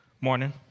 Morning